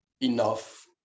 enough